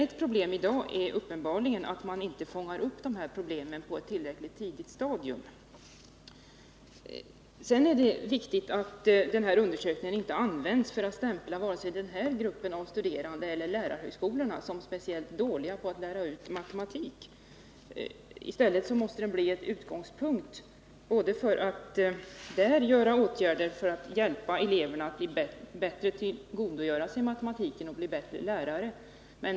Ett problem i dag är uppenbarligen att man inte fångar upp dessa elever på ett tillräckligt tidigt stadium. Det är viktigt att undersökningen inte används för att stämpla denna grupp av studerande eller lärarhögskolorna som speciellt dåliga på att lära ut matematik. I stället måste den bli en utgångspunkt för att vidta åtgärder för att hjälpa eleverna att bättre tillgodogöra sig matematiken och att bli bättre lärare.